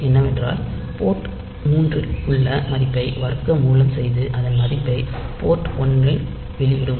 என்னவென்றால் போர்ட் 3 இன் உள்ள மதிப்பை வர்க்கமூலம் செய்து அதன் மதிப்பை போர்ட் 1 இல் வெளியிடும்